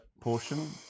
portion